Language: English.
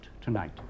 tonight